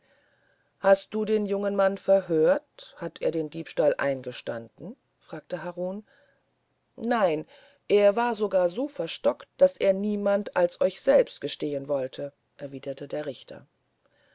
hast du den jungen mann verhört hat er den diebstahl eingestanden fragte harun nein er war sogar so verstockt daß er niemand als euch selbst gestehen wollte erwiderte der richter